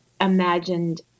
imagined